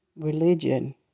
religion